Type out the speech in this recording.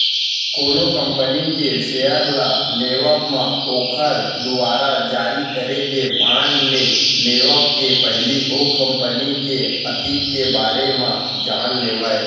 कोनो कंपनी के सेयर ल लेवब म ओखर दुवारा जारी करे गे बांड के लेवब के पहिली ओ कंपनी के अतीत के बारे म जान लेवय